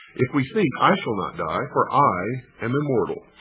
if we sink, i shall not die, for i am immortal.